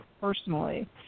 personally